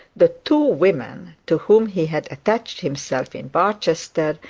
the two women to whom he had attached himself in barchester,